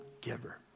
giver